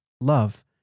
Love